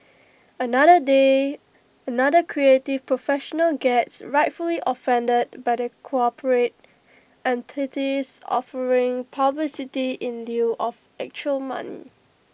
another day another creative professional gets rightfully offended by the corporate entities offering publicity in lieu of actual money